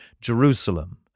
Jerusalem